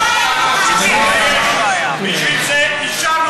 בשביל זה אישרנו,